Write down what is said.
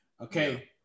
Okay